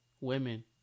women